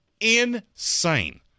Insane